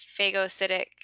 phagocytic